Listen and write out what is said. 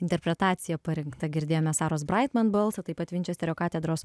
interpretacija parinkta girdėjome saros braitman balsą taip pat vinčesterio katedros